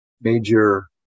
major